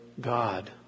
God